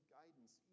guidance